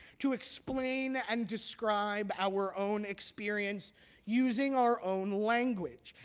to explain and describe our own experience using our own language,